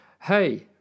Hey